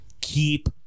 Keep